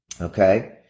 okay